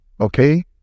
Okay